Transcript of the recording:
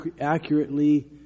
accurately